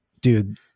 dude